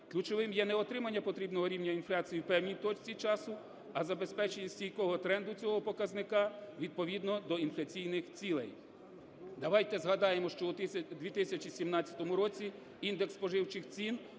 ключовим є не отримання потрібного рівня інфляції в певній точці часу, а забезпечення стійкого тренду цього показника відповідно до інфляційних цілей. Давайте згадаємо, що у 2017 році індекс споживчих цін